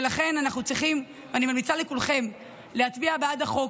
ולכן אני ממליצה לכולכם להצביע בעד החוק.